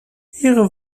ihre